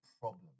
problem